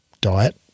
diet